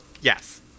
Yes